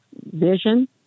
vision